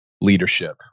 leadership